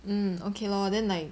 mm okay lor then like